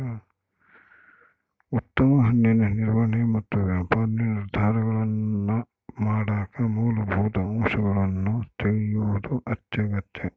ಉತ್ತಮ ಹಣ್ಣಿನ ನಿರ್ವಹಣೆ ಮತ್ತು ವ್ಯಾಪಾರ ನಿರ್ಧಾರಗಳನ್ನಮಾಡಕ ಮೂಲಭೂತ ಅಂಶಗಳನ್ನು ತಿಳಿಯೋದು ಅತ್ಯಗತ್ಯ